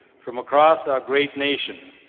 from across our great nation,